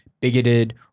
bigoted